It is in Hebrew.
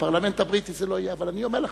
בפרלמנט הבריטי זה לא יהיה, אבל אני אענה לך: